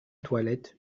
toilette